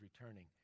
returning